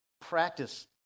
practice